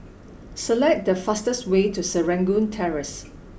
select the fastest way to Serangoon Terrace